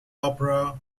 opera